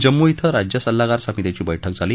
जम्मू ॐ राज्य सल्लागार समितीची बैठक झाली